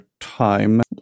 time